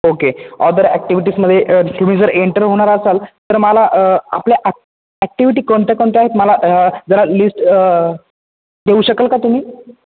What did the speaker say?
okay other ॲक्टिव्हिटीजमध्ये तुम्ही जर एंटर होणार असाल तर मला आपल्या ॲक् ॲक्टिव्हिटी कोणत्या कोणत्या आहेत मला जरा लिस्ट देऊ शकाल का तुम्ही